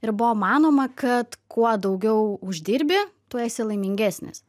ir buvo manoma kad kuo daugiau uždirbi tuo esi laimingesnis